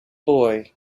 boy